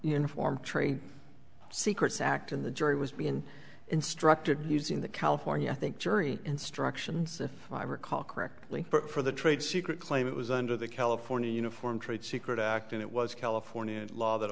informed trade secrets act in the jury was being instructed using the california i think jury instructions if i recall correctly for the trade secret claim it was under the california uniform trade secret act it was california law that